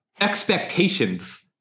expectations